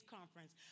Conference